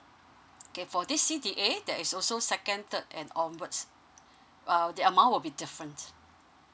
okay for this c d a there is also second third and onwards err the amount would be different